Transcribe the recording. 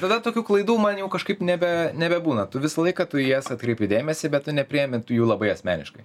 tada tokių klaidų man jau kažkaip nebe nebebūna tu visą laiką tu į jas atkreipi dėmesį bet tu nepriimi jų labai asmeniškai